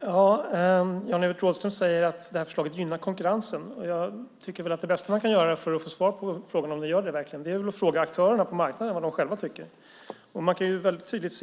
Fru talman! Jan-Evert Rådhström säger att det här förslaget gynnar konkurrensen. Det bästa man kan göra för att få svar på frågan om det verkligen gör det är att fråga aktörerna på marknaden vad de själva tycker.